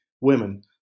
women